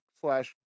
slash